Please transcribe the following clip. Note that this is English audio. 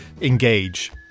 engage